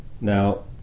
Now